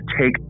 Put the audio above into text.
take